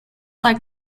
like